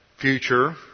future